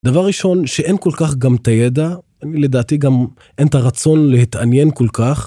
דבר ראשון, שאין כל כך גם את הידע, לדעתי גם אין את הרצון להתעניין כל כך.